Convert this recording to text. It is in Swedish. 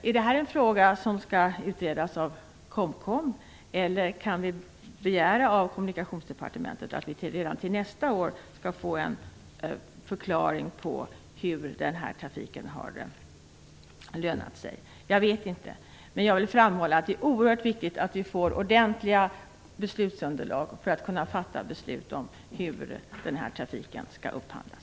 Är det här en fråga som skall utredas av kommittén eller kan vi begära av Kommunikationsdepartementet att vi redan till nästa år skall få en redovisning om hur den här trafiken har lönat sig? Jag vet inte hur det är, men jag vill framhålla att det är oerhört viktigt att vi får ett ordentligt beslutsunderlag innan vi fattar beslut om hur den här trafiken skall upphandlas.